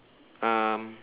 um